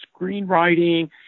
screenwriting